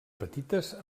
petites